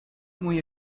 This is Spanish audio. muy